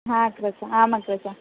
हा अग्रज आम् अग्रज